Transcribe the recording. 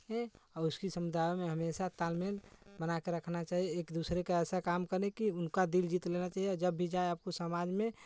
और उसकी समुदाय में हमेशा तालमेल बनाके रखना चाहिए एक दूसरे का ऐसा काम करे कि उनका दिल जीत लेना चाहिए जब भी जाए आपको समाज में